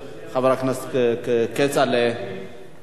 אני מציע להמתין שיגיע השר ויענה לנו.